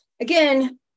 Again